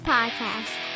Podcast